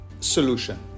solution